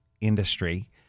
industry